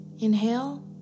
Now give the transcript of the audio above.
Inhale